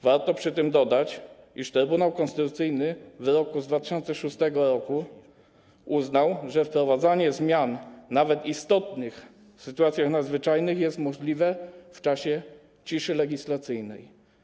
Warto przy tym dodać, iż Trybunał Konstytucyjny w wyroku z 2006 r. uznał, że wprowadzanie zmian, nawet istotnych, w sytuacjach nadzwyczajnych jest możliwe w czasie ciszy legislacyjnej.